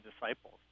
disciples